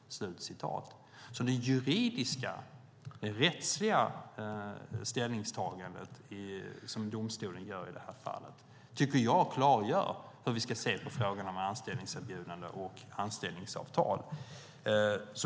Det juridiska, rättsliga, ställningstagandet som domstolen gör i det här fallet klargör hur vi ska se på frågan om anställningserbjudande och anställningsavtal.